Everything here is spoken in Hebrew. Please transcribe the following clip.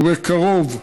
ובקרוב,